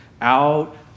out